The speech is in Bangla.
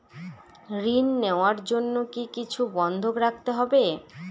ঋণ নেওয়ার জন্য কি কিছু বন্ধক রাখতে হবে?